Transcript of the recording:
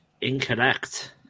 incorrect